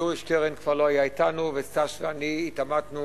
יורי שטרן כבר לא היה אתנו וסטס ואני התעמתנו